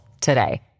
today